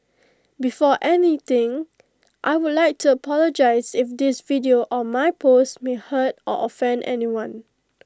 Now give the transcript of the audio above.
before anything I would like to apologise if this video or my post may hurt or offend anyone